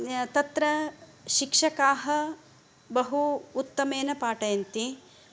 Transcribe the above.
तत्र शिक्षकाः बहु उत्तमेन पाठयन्ति